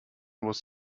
was